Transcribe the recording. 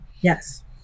Yes